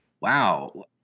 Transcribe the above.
Wow